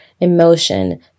emotion